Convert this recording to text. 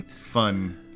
fun